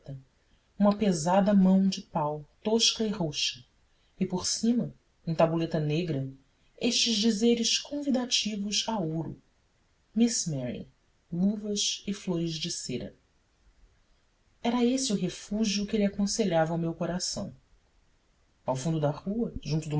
uma pesada mão de pau tosca e roxa e por cima em tabuleta negra estes dizeres convidativos a ouro miss mary luvas e flores de cera era esse o refúgio que ele aconselhava ao meu coração ao fundo da rua junto de